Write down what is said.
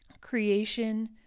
creation